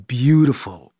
beautiful